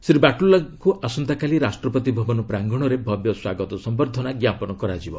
ଶ୍ରୀ ବାଟୁଲଗାଙ୍କୁ ଆସନ୍ତାକାଲି ରାଷ୍ଟ୍ରପତି ଭବନ ପ୍ରାଙ୍ଗଣରେ ଭବ୍ୟ ସ୍ୱାଗତ ସମ୍ଭର୍ଦ୍ଧନା ଜ୍ଞାପନ କରାଯିବ